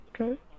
Okay